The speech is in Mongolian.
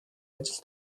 ажил